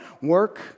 work